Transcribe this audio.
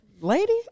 Lady